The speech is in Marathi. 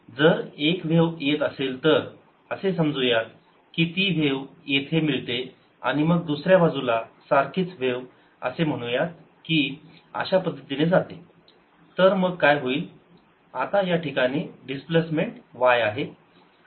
जर एक व्हेव येत असेल तर असे समजू यात की ती व्हेव येथे मिळते आणि मग दुसर्या बाजूला सारखीच व्हेव असे म्हणूयात की अशा पद्धतीने जाते तर मग काय होईल आता या ठिकाणी डिस्प्लेसमेंट y आहे